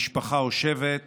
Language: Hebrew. משפחה או שבט